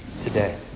today